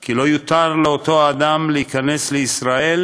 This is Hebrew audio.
כי לא יותר לאותו אדם להיכנס לישראל